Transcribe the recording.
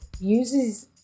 uses